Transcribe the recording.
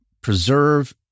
preserve